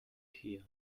tier